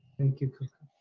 thank you coco.